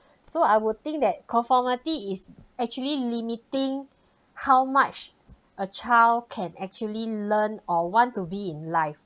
so I would think that conformity is actually limiting how much a child can actually learn or want to be in life